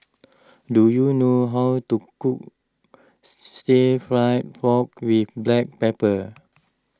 do you know how to cook Stir Fried Pork with Black Pepper